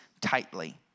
tightly